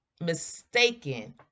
mistaken